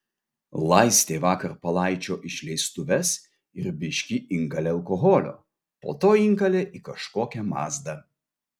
laistė vakar palaičio išleistuves ir biškį inkalė alkoholio po to inkalė į kažkokią mazdą